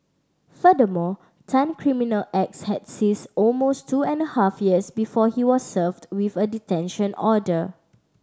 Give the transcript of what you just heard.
furthermore Tan criminal acts has ceased almost two and a half years before he was served with a detention order